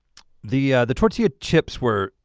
the the tortilla chips were,